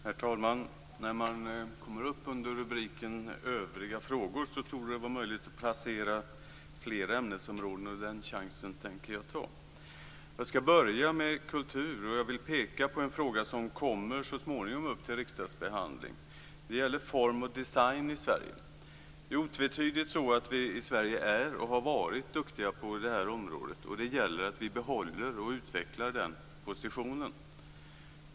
Herr talman! När man kommer upp under rubriken Övriga frågor torde det vara möjligt att passera flera ämnesområden, och den chansen tänker jag ta. Jag ska börja med kultur, och jag vill peka på en fråga som så småningom kommer upp till riksdagsbehandling. Det gäller form och design i Sverige. Det är otvetydigt så att vi i Sverige är och har varit duktiga på det här området, och det gäller att vi behåller och utvecklar den positionen.